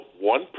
one